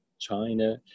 China